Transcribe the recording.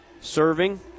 Serving